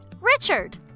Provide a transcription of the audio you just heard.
Richard